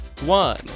one